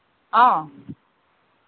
অ